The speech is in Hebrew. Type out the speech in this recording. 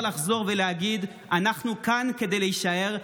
אפשר לחזור ולהגיד: אנחנו כאן כדי להישאר.